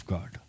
God